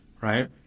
right